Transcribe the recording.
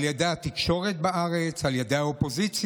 על ידי התקשורת בארץ, על ידי האופוזיציה,